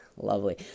Lovely